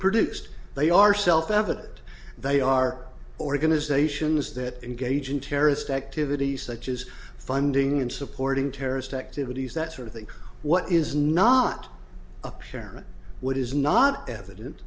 produced they are self evident that they are organizations that engage in terrorist activity such as funding and supporting terrorist activities that sort of thing what is not apparent what is not eviden